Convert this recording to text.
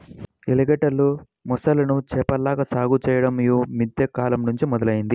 ఎలిగేటర్లు, మొసళ్ళను చేపల్లాగా సాగు చెయ్యడం యీ మద్దె కాలంనుంచే మొదలయ్యింది